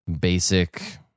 basic